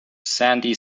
sandy